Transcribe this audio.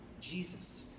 Jesus